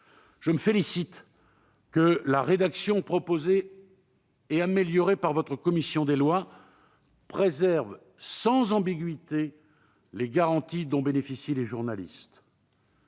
Je me félicite de ce que la rédaction proposée, et améliorée par votre commission des lois, préserve sans ambiguïté les garanties dont bénéficient les journalistes.